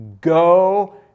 go